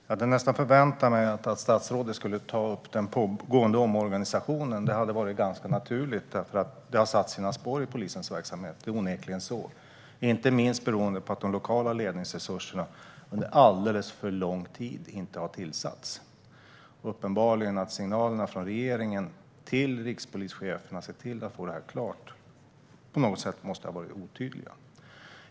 Fru talman! Jag hade nästan förväntat mig att statsrådet skulle ta upp den pågående omorganisationen. Det hade varit ganska naturligt, för den har onekligen satt sina spår i polisens verksamhet, inte minst beroende på att de lokala ledningsresurserna under alldeles för lång tid inte varit tillsatta. Uppenbarligen måste signalerna från regeringen till rikspolischefen om att se till att få det här klart ha varit otydliga.